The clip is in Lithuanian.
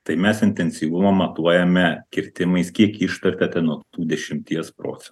tai mes intensyvumą matuojame kirtimais kiek iškertate nuo tų dešimties procentų